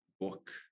book